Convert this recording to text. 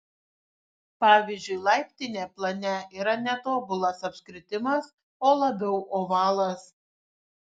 pavyzdžiui laiptinė plane yra ne tobulas apskritimas o labiau ovalas